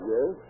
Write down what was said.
Yes